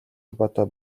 холбоотой